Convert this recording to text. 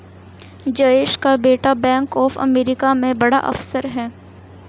जयेश का बेटा bank of America में बड़ा ऑफिसर है